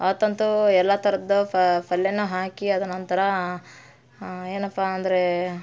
ಅವತ್ತಂತೂ ಎಲ್ಲ ಥರದ ಪಲ್ಯನೂ ಹಾಕಿ ಅದ್ರ್ ನಂತರ ಏನಪ್ಪ ಅಂದ್ರೆ